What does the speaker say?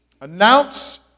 Announce